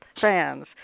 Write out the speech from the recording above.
fans